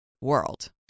world